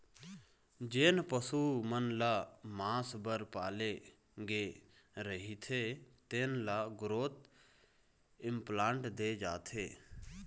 जेन पशु मन ल मांस बर पाले गे रहिथे तेन ल ग्रोथ इंप्लांट दे जाथे